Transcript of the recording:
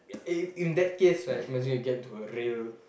eh you in that case right might as well get into a real